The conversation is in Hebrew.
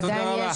תודה רבה.